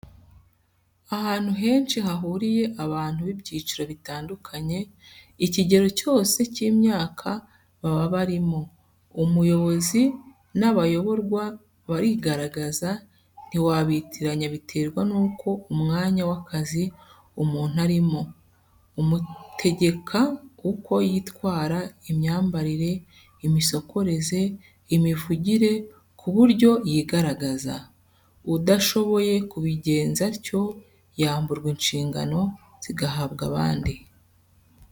Ahantu henshi hahuriye abantu b'ibyiciro bitandukanye, ikigero cyose cy'imyaka baba barimo, umuyobozi n'abayoborwa barigaragaza ntiwabitiranya biterwa n'uko umwanya w'akazi umuntu arimo, umutegeka uko yitwara, imyambarire, imisokoreze, imivugire ku buryo yigaragaza. Udashoboye kubigenza atyo yamburwa inshingano zigahabwa abandi.